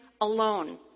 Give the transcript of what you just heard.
alone